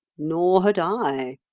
nor had i,